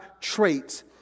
Traits